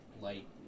light